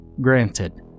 Granted